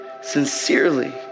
sincerely